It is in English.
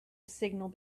signal